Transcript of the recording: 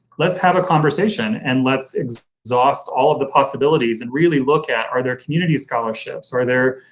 let's have a conversation and let's exhaust all of the possibilities and really look at are their community scholarships? are there,